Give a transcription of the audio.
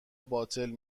باطل